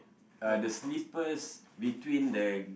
uh the slippers between the